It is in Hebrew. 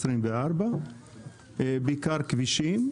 בעיקר כבישים,